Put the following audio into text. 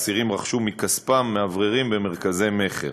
אסירים רכשו מכספם מאווררים במרכזי מכר.